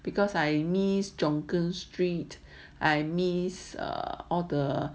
because I miss jonker street I miss err all the